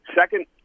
second